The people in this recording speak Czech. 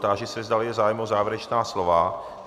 Táži se, zdali je zájem o závěrečná slova.